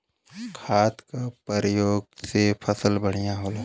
खाद क परयोग से फसल बढ़िया होला